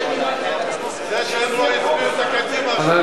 זה שהם לא הצביעו לקדימה,